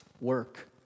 Work